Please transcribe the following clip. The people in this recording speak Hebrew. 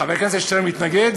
חבר הכנסת שטרן מתנגד?